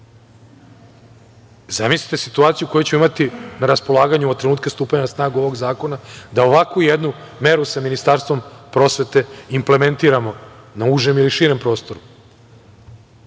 Zamislite situaciju u kojoj ćemo imati na raspolaganju od trenutka stupanja na snagu ovog zakona da ovakvu jednu meru sa Ministarstvo prosvete implementiramo na užem ili širem